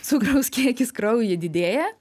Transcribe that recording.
cukraus kiekis kraujyje didėja